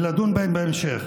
ולדון בהם בהמשך.